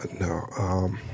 no